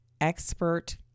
Expert